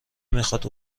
میخواد